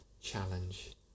challenge